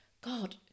god